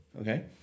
Okay